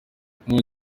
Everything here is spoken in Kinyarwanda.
inkongi